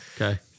Okay